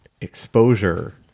exposure